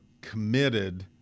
committed